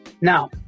Now